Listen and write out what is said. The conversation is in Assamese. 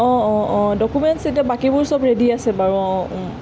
অঁ অঁ অঁ ডকুমেণ্টছ এতিয়া বাকীবোৰ সব ৰেডি আছে বাৰু অঁ অঁ